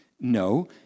No